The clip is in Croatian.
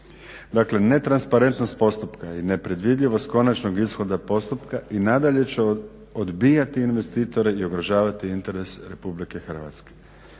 Dakle, netransparentnost postupka i nepredvidljivost konačnog ishoda postupka i nadalje će odbijati investitore i ugrožavati interese RH.